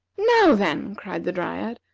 now, then, cried the dryad,